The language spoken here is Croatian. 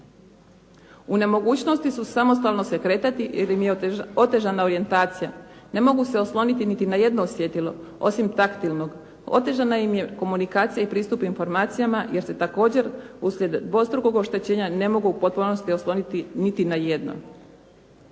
U nemogućnosti su samostalno se kretati jer im je otežana komunikacija, ne mogu se osloniti niti na jedno osjetilo osim taktilnog, otežana im je komunikacija i pristup informacijama jer se također uslijed dvostrukog oštećenja ne mogu u potpunosti osloniti niti na jedno.